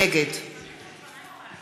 נגד